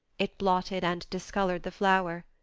it blotted and discoloured the flower.